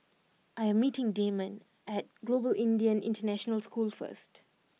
I am meeting Damon at Global Indian International School first